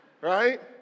Right